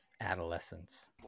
Adolescence